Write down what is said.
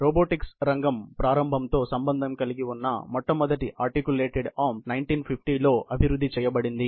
robotics రంగం ప్రారంభంతో సంబంధం కలిగి ఉన్న మొట్టమొదటి ఆర్టికులేటెడ్ ఆర్మ్ 1950 లో అభివృద్ధి చేయబడింది